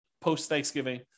post-Thanksgiving